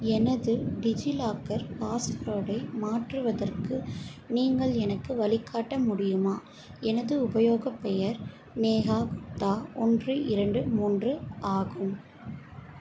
எனது டிஜிலாக்கர் பாஸ்வர்டை மாற்றுவதற்கு நீங்கள் எனக்கு வழிகாட்ட முடியுமா எனது உபயோகப் பெயர் நேஹா குப்தா ஒன்று இரண்டு மூன்று ஆகும்